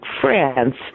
France